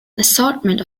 assortment